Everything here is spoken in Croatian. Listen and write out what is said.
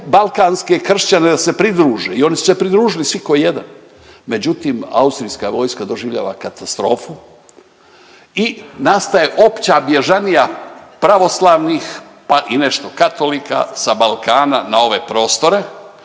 balkanske kršćane da se pridruže i oni su se pridružili svi ko jedan, međutim austrijska vojska doživljava katastrofu i nastaje opća bježanija pravoslavnih pa i nešto katolika sa Balkana na ove prostore